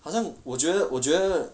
好像我觉得我觉得